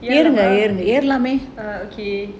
err